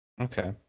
Okay